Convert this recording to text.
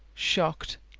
shocked,